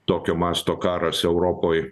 tokio masto karas europoj